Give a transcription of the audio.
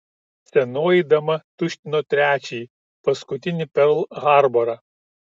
senoji dama tuštino trečiąjį paskutinį perl harborą